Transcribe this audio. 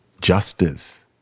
justice